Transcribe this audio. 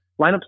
lineups